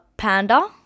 panda